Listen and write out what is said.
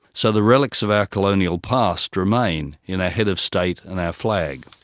so the relics of our colonial past remain in our head of state and our flag.